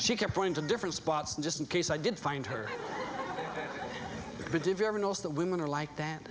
she kept going to different spots and just in case i did find her but did you ever notice that women are like that